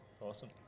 awesome